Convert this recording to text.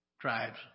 tribes